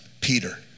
Peter